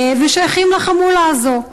ושייכים לחמולה הזאת.